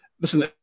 Listen